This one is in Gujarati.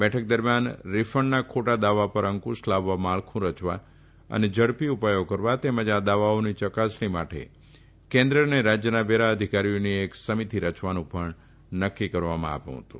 બેઠક દરમિયાન રીફંડના ખોટા દાવા પર અંકુશ લાવવા માળખુ રચવા અને ઝડપી ઉપાયો કરવા તેમજ આ દાવાઓની યકાસણી માટે કેન્દ્ર અને રાજયના વેરા અધિકારીઓની એક સમિતિ રચવાનું પણ નકકી કરવામાં આવ્યું હતું